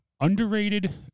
Underrated